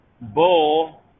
bull